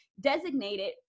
designated